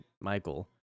Michael